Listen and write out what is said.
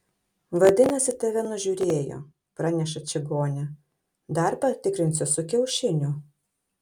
vadinasi tave nužiūrėjo praneša čigonė dar patikrinsiu su kiaušiniu